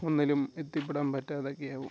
ഒന്നിലും എത്തിപ്പെടാൻ പറ്റാതെയൊക്കെ ആവും